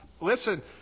listen